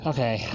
Okay